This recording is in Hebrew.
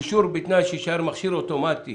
אישור בתנאי שיישאר מכשיר אוטומטי